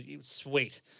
sweet